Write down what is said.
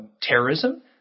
terrorism